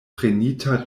prenita